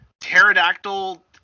pterodactyl